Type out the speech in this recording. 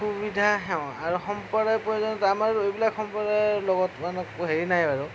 সুবিধা সেৱা আৰু সম্প্ৰদায় পৰ্যন্ত আমাৰো এইবিলাক সম্প্ৰদায়ৰ লগত ইমান একো হেৰি নাই আৰু